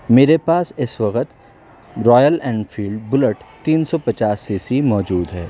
میرے پاس اس وقت رایل اینفیلڈ بلیٹ تین سو پچاس سی سی موجود ہے